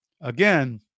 again